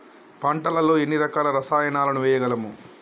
పంటలలో ఎన్ని రకాల రసాయనాలను వేయగలము?